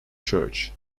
church